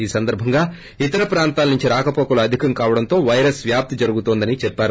ఈ సందర్భంగా ఇతర ప్రాంతాల నుండి రాకపోకలు అధికం అవడంతో పైరస్ వ్యాప్తి జరుగుతోందని చెప్పారు